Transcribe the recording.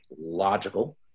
logical